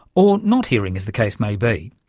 or not hearing as the case may be.